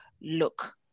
look